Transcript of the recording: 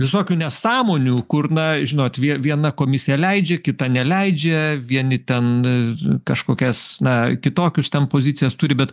visokių nesąmonių kur na žinot viena komisija leidžia kita neleidžia vieni ten kažkokias na kitokius ten pozicijas turi bet